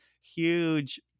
huge